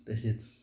तसेच